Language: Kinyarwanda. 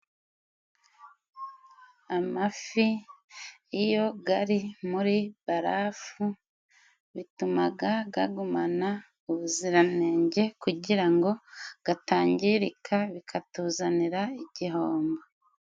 Amafi iyo gari muri barafu bitumaga gagumana ubuziranenge, kugira ngo gatangirika bikatuzanira igihombo.